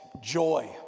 joy